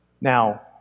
Now